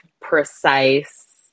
precise